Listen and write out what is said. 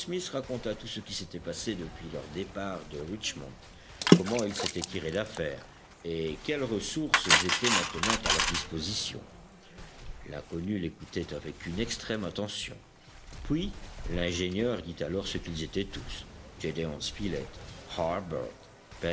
smith raconta tout ce qui s'était passé depuis leur départ de richmond comment ils s'étaient tirés d'affaire et quelles ressources étaient maintenant à leur disposition l'inconnu l'écoutait avec une extrême attention puis l'ingénieur dit alors ce qu'ils étaient tous gédéon spilett